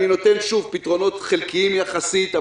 מציג פתרונות חלקיים יחסית.